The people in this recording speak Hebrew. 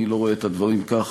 אני לא רואה את הדברים כך.